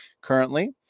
currently